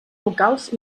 locals